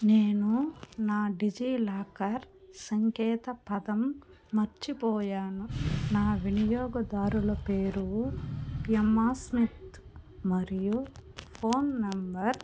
నేను నా డిజిలాకర్ సంకేతపదం మర్చిపోయాను నా వినియోగదారుల పేరు ఎమ్మా స్మిత్ మరియు ఫోన్ నంబర్